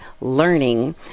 learning